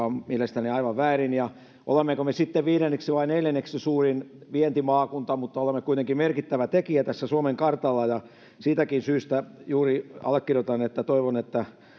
on mielestäni aivan väärin olemmeko me sitten viidenneksi vai neljänneksi suurin vientimaakunta mutta olemme kuitenkin merkittävä tekijä tässä suomen kartalla ja juuri siitäkin syystä allekirjoitan sen että toivon että